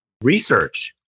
research